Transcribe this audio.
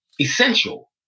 Essential